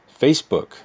Facebook